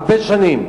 הרבה שנים,